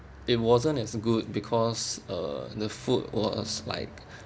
it wasn't as good because uh the food was like